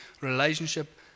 Relationship